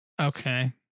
Okay